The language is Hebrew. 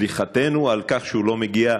סליחתנו על כך שהוא לא הגיע,